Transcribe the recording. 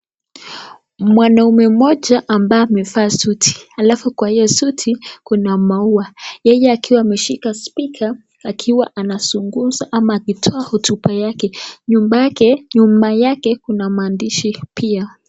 Mwanaume mmoja ambaye amevaa suti alafu kwa hiyo suti kuna maua. Yeye akiwa ameshika speaker akiwa anazungumza ama akitoa hotuba yake. Nyuma yake kuna maandishi pia.